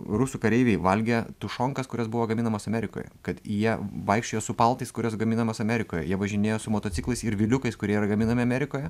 rusų kareiviai valgė tušonkas kurios buvo gaminamos amerikoje kad jie vaikščiojo su paltais kurios gaminamos amerikoje jie važinėjo su motociklais ir viliukais kurie yra gaminami amerikoje